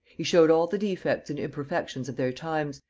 he showed all the defects and imperfections of their times,